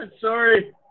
Sorry